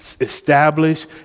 establish